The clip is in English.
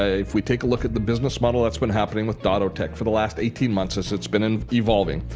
ah if we take a look at the business model that's been happening with dottotech for the last eighteen months since it's been and evolving,